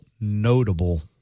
notable